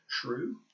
true